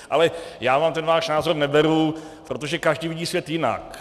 Ale já vám ten váš názor neberu, protože každý vidí svět jinak.